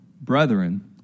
brethren